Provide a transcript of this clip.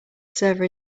server